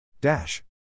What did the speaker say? Dash